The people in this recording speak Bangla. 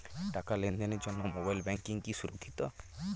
টাকা লেনদেনের জন্য মোবাইল ব্যাঙ্কিং কি সুরক্ষিত?